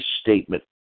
statement